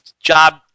job